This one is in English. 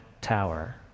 tower